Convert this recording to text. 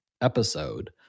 episode